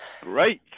Great